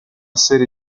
serie